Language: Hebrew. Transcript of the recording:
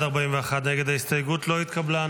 ההסתייגות לא התקבלה.